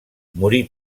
morí